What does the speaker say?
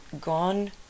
gone